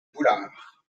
boulard